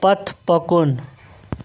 پتہٕ پکُن